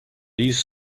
these